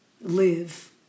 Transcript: live